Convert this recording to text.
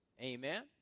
Amen